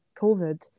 covid